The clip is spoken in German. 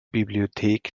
bibliothek